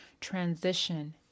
transition